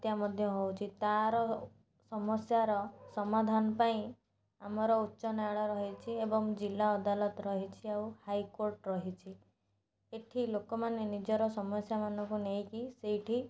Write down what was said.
ହତ୍ୟା ମଧ୍ୟ ହେଉଛି ତା'ର ସମସ୍ୟାର ସମାଧାନ ପାଇଁ ଆମର ଉଚ୍ଚ ନ୍ୟାୟାଳୟ ରହିଛି ଏବଂ ଜିଲ୍ଲା ଅଦାଲତ ରହିଛି ଆଉ ହାଇକୋର୍ଟ ରହିଛି ଏଠି ଲୋକମାନେ ନିଜର ସମସ୍ୟାମାନଙ୍କୁ ନେଇକି ସେଇଠି